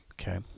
Okay